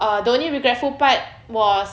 uh the only regretful part was